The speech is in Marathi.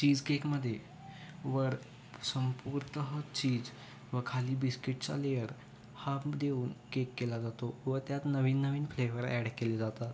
चीज केकमध्ये वर संपूर्तह चीज व खाली बिस्किटचा लेअर हा देऊन केक केला जातो व त्यात नवीन नवीन फ्लेवर ॲड केले जातात